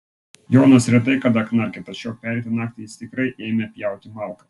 jonas retai kada knarkia tačiau pereitą naktį jis tikrai ėmė pjauti malkas